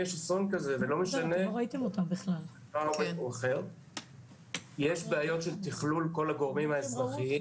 לא משנה --- יש בעיות של תכלול כל הגורמים האזרחיים.